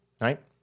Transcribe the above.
right